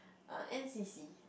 err N_C_C